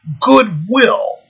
goodwill